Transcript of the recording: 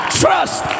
trust